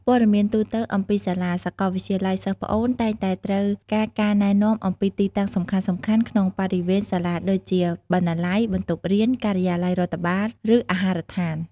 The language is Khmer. ព័ត៌មានទូទៅអំពីសាលា សាកលវិទ្យាល័យសិស្សប្អូនតែងតែត្រូវការការណែនាំអំពីទីតាំងសំខាន់ៗក្នុងបរិវេណសាលា ដូចជា បណ្ណាល័យ បន្ទប់រៀន ការិយាល័យរដ្ឋបាល ឬអាហារដ្ឋាន។